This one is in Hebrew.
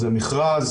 זה מכרז.